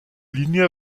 linie